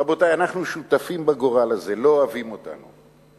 רבותי, אנחנו שותפים בגורל הזה, לא אוהבים אותנו.